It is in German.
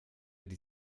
die